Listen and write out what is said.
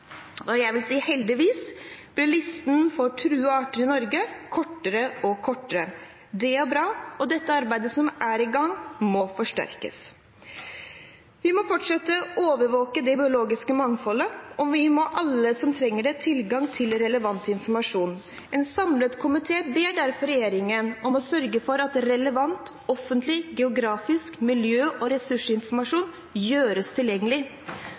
listen for truede arter i Norge blir kortere og kortere. Det er bra, og dette arbeidet, som er i gang, må forsterkes. Vi må fortsette å overvåke det biologiske mangfoldet, og vi må gi alle som trenger det, tilgang til relevant informasjon. En samlet komité ber derfor regjeringen om å sørge for at relevant offentlig geografisk miljø- og ressursinformasjon gjøres tilgjengelig.